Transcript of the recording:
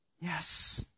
yes